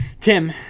Tim